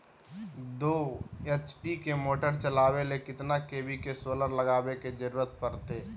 दो एच.पी के मोटर चलावे ले कितना के.वी के सोलर लगावे के जरूरत पड़ते?